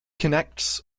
connects